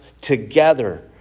together